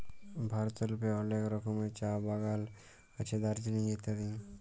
ভারতেল্লে অলেক রকমের চাঁ বাগাল আছে দার্জিলিংয়ে ইত্যাদি